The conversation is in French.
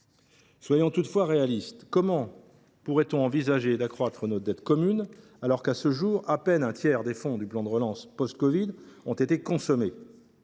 Soyons toutefois réalistes : comment pourrait on envisager d’accroître nos dettes communes alors que, à ce jour, à peine un tiers des fonds du plan de relance post covid ont été consommés ?